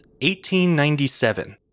1897